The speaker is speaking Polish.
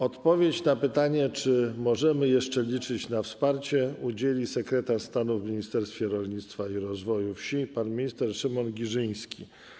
Odpowiedzi na pytanie, czy możemy jeszcze liczyć na wsparcie, udzieli sekretarz stanu w Ministerstwie Rolnictwa i Rozwoju Wsi pan minister Szymon Giżyński.